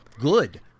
good